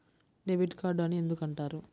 Debit card అని ఎందుకు అంటారు?